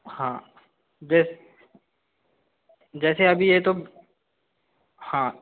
हाँ जैसे अभी ये तो हाँ